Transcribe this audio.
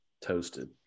toasted